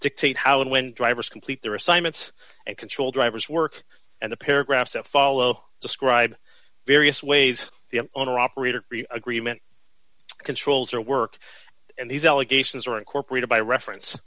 dictate how and when drivers complete their assignments and control drivers work and the paragraphs that follow describe various ways the owner operator agreement controls are work and these allegations are incorporated by reference